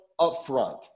upfront